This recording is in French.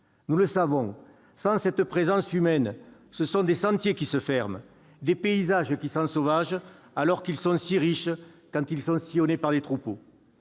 Nous le savons, sans cette présence humaine, ce sont des sentiers qui se ferment, des paysages qui s'ensauvagent alors qu'ils sont si riches quand ils sont sillonnés par les troupeaux.